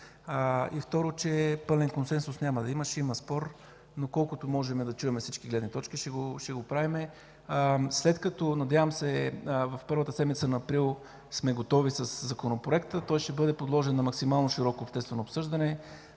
и, второ, че пълен консенсус няма да има – ще има спор, но колкото можем да чуем всички гледни точки, ще го правим. Надявам се, след като в първата седмица на месец април сме готови със Законопроекта, той ще бъде подложен на максимално широко обществено обсъждане,